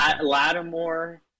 Lattimore